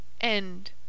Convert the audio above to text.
End